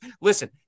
Listen